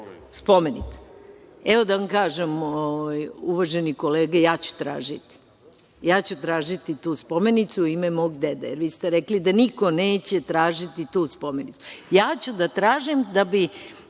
spomenica. Evo, da vam kažem, uvažene kolege, ja ću tražiti tu spomenicu u ime mog dede, jer vi ste rekli da niko neće tražiti tu spomenicu. Ja ću da tražim da bi,